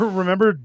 remember